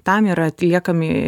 tam yra atliekami